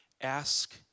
ask